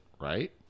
right